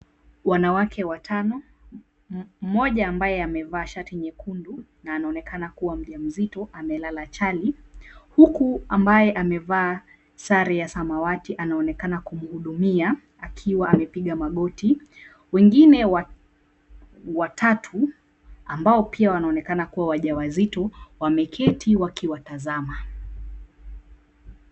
Wanawake watano, mmoja ambaye amevaa shati nyekundu na anaonekana kuwa mjamzito amelala chali, huku ambaye amevaa sare ya samawati anaonekana kumhudumia akiwa amepiga magoti. Wengine watatu ambao pia wanaonekana wakiwa ni wajawazito wameketi wakiwatazama.